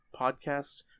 podcast